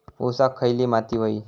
ऊसाक खयली माती व्हयी?